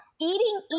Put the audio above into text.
Eating